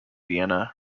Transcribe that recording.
vienna